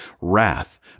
wrath